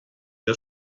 der